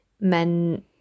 men